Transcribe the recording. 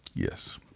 Yes